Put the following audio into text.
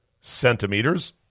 centimeters